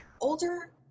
Older